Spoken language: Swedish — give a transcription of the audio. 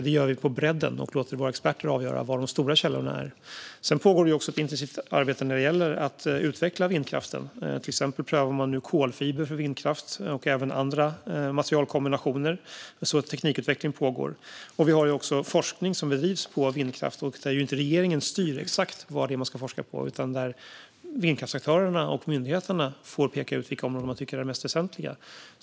Vi gör det på bredden, och låter våra experter avgöra vad de stora källorna är. Det pågår också ett intensivt arbete för att utveckla vindkraften. Till exempel prövar man nu kolfiber för vindkraft och även andra materialkombinationer. Teknikutveckling pågår alltså. Det bedrivs också forskning på vindkraft. Här styr inte regeringen vad det ska forskas på, utan vindkraftsaktörer och myndigheter får här peka ut vilka områden som är mest väsentliga.